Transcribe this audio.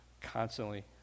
constantly